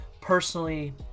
personally